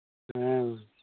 ᱦᱮᱸ ᱢᱟ